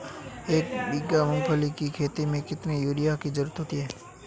एक बीघा मूंगफली की खेती में कितनी यूरिया की ज़रुरत होती है?